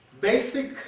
basic